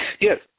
yes